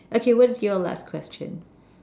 okay what is your last question